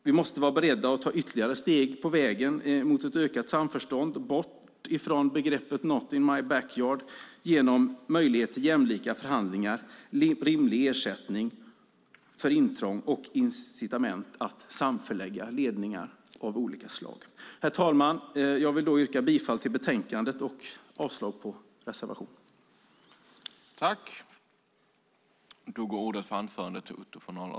Vi måste vara beredda att ta ytterligare steg på vägen mot ett ökat samförstånd, bort från begreppet "not in my backyard", genom möjlighet till jämlika förhandlingar, rimlig ersättning för intrång och incitament att samförlägga ledningar av olika slag. Herr talman! Jag vill yrka bifall till förslaget i utskottets betänkande och avslag på reservationerna.